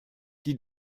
die